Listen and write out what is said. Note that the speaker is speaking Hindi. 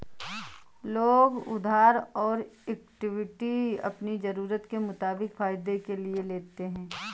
लोग उधार और इक्विटी अपनी ज़रूरत के मुताबिक फायदे के लिए लेते है